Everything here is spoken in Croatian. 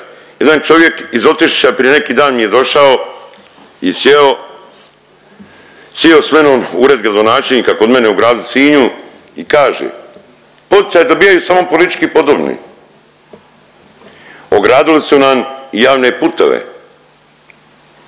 Jedan čovjek iz Otišića prije neki dan mi je došao i sjeo, sio s menom u ured gradonačelnika kod mene u gradu Sinju i kaže, poticaje dobijaju samo politički podobni. Ogradili su nam javne putove.